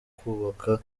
kubaka